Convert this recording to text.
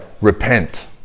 repent